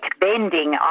bending